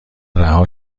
رها